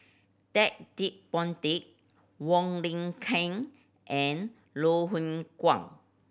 Ted De Ponti Wong Lin Ken and Loh Hoong Kwan